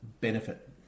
benefit